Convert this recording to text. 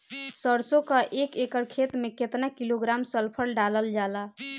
सरसों क एक एकड़ खेते में केतना किलोग्राम सल्फर डालल जाला?